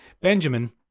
Benjamin